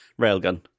Railgun